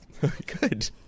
Good